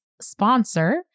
sponsor